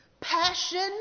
passion